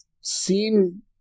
seen